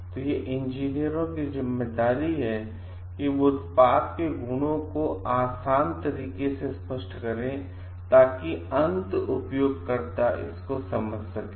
तो यह इंजीनियरों की जिम्मेदारी है कि वे उत्पाद के गुणों को आसान तरीका से बहुत स्पष्ट करें ताकि अंत उपयोगकर्ता इसे समझ सकें